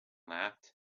laughed